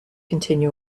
continue